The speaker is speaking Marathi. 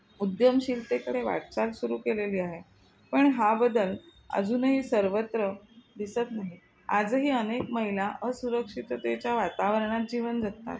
उद्यमशीलतेकडे वाटचाल सुरू केलेली आहे पण हा बदल अजूनही सर्वत्र दिसत नाही आजही अनेक महिला असुरक्षिततेच्या वातावरणात जीवन जगतात